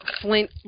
Flint